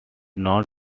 not